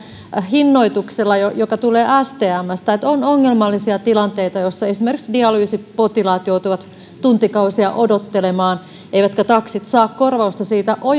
hinnoituksella joka tulee stmstä on ongelmallisia tilanteita joissa esimerkiksi dialyysipotilaat joutuvat tuntikausia odottelemaan eivätkä taksit saa korvausta siitä